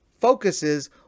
focuses